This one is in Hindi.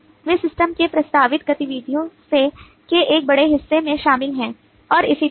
वे सिस्टम में प्रस्तावित गतिविधियों के एक बड़े हिस्से में शामिल हैं और इसी तरह